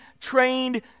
trained